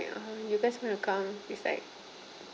ya um you guys me to come it's like